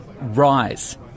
rise